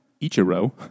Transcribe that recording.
Ichiro